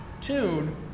tune